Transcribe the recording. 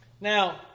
Now